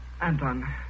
Anton